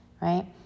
right